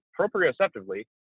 proprioceptively